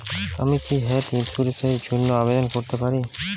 আমি কি health insurance র জন্য আবেদন করতে পারি?